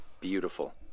beautiful